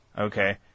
okay